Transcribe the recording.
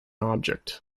object